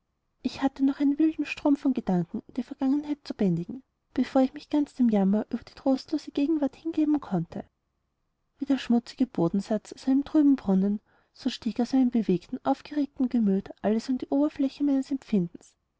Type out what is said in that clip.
ich hatte noch einen wilden strom von gedanken an die vergangenheit zu bändigen bevor ich mich ganz dem jammer über die trostlose gegenwart hingeben konnte wie der schmutzige bodensatz aus einem trüben brunnen so stieg aus meinem bewegten aufgeregtem gemüt alles an die oberfläche meines empfindens